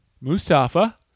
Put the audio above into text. Mustafa